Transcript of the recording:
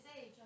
age